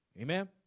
Amen